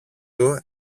του